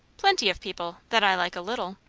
plenty of people that i like a little.